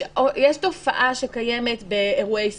יש תופעה שקיימת באירועי ספורט,